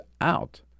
out